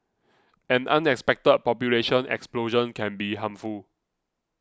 an unexpected population explosion can be harmful